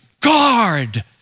Guard